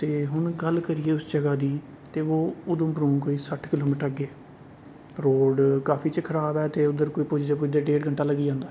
ते हून गल्ल करिये उस जगह दी ते ओह् उधमपुरूं कोई सट्ठ किलोमीटर अग्गे रोड काफी खराब ऐ ते उद्धर पुजदे पुजदे कोई डेढ घंटा लग्गी जंदा